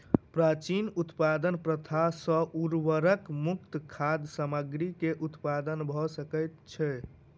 प्राचीन उत्पादन प्रथा सॅ उर्वरक मुक्त खाद्य सामग्री के उत्पादन भ सकै छै